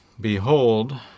Behold